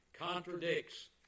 contradicts